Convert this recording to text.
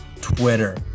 Twitter